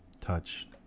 touch